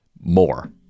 more